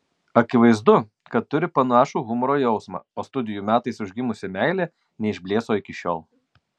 akivaizdu kad turi panašų humoro jausmą o studijų metais užgimusi meilė neišblėso iki šiol